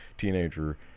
Teenager